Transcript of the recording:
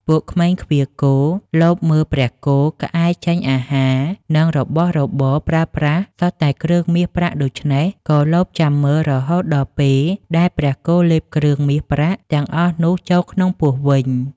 ពួកក្មេងឃ្វាលគោលបមើលព្រះគោក្អែចេញអាហារនិងរបស់របរប្រើប្រាស់សុទ្ធតែគ្រឿងមាសប្រាក់ដូច្នេះ ក៏លបចាំមើលរហូតដល់ពេលដែលព្រះគោលេបគ្រឿងមាសប្រាក់ទាំងអស់នោះចូលក្នុងពោះវិញ ។